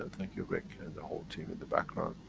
and thank you, rick and the whole team in the background,